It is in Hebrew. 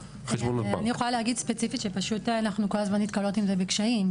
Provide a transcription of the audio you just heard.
אני יכולה להגיד ספציפית שפשוט אנחנו כל הזמן נתקלות עם זה בקשיים.